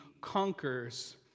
conquers